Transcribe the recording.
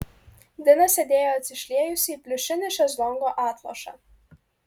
dina sėdėjo atsišliejusi į pliušinį šezlongo atlošą